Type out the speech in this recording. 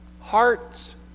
hearts